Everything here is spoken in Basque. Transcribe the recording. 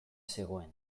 zegoen